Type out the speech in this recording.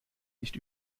nicht